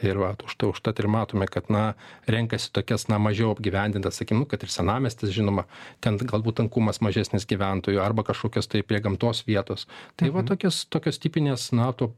ir vat užtai užtat ir matome kad na renkasi tokias na mažiau apgyvendintas sakykim nu kad ir senamiestis žinoma ten galbūt tankumas mažesnis gyventojų arba kažkokios tai prie gamtos vietos tai va tokios tokios tipinės na to